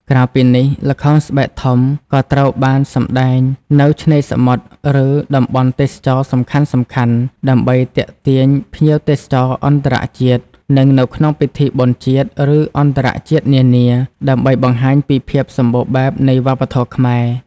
ក្រៅពីនេះ ល្ខោនស្បែកធំក៏ត្រូវបានសម្តែងនៅ ឆ្នេរសមុទ្រ ឬតំបន់ទេសចរណ៍សំខាន់ៗដើម្បីទាក់ទាញភ្ញៀវទេសចរអន្តរជាតិ និងនៅក្នុងពិធីបុណ្យជាតិ ឬអន្តរជាតិនានា ដើម្បីបង្ហាញពីភាពសម្បូរបែបនៃវប្បធម៌ខ្មែរ។